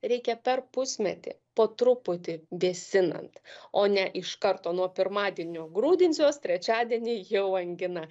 reikia per pusmetį po truputį vėsinant o ne iš karto nuo pirmadienio grūdinsiuos trečiadienį jau angina